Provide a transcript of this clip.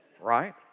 right